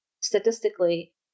statistically